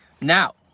Now